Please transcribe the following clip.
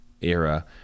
era